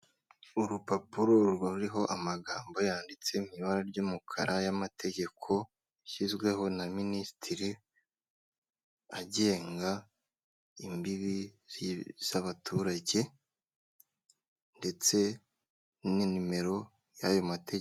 Urupapuro ruba ruriho amagambo yanditse mu ibara ry'umukara, y'amategeko yashyizweho na minisitiri, agenga imbibi z'abaturage ndetse n'inimero y'ayo mategeko.